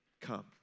come